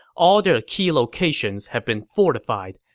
all their key locations have been fortified.